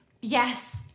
yes